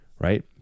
right